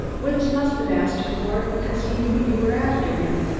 woods must have asked her for it because he knew you were after him.